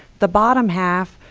the bottom half,